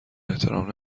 احترام